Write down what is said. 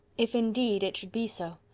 if, indeed, it should be so!